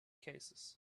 cases